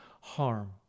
harm